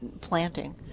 planting